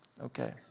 Okay